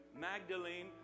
Magdalene